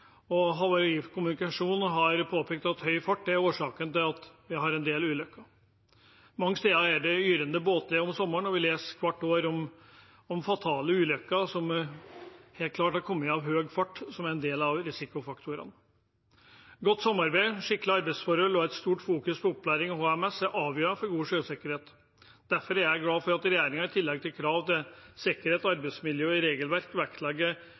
at vi har en del ulykker. Mange steder er det yrende båtliv om sommeren, og vi leser hvert år om fatale ulykker som helt klart har kommet av høy fart som en del av risikofaktorene. Godt samarbeid, skikkelige arbeidsforhold og et sterkt fokus på opplæring og HMS er avgjørende for god sjøsikkerhet. Derfor er jeg glad for at regjeringen i tillegg til krav til sikkerhet og arbeidsmiljø i regelverk